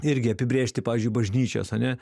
irgi apibrėžti pavyzdžiui bažnyčios ane